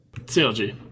CLG